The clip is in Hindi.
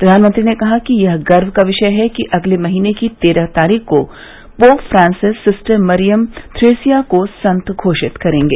प्रधानमंत्री ने कहा कि यह गर्व का विषय है कि अगले महीने की तेरह तारीख को Pope Francis sister Mariam Thresia को संत घोषित करेंगे